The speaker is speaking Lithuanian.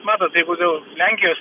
matot jeigu dėl lenkijos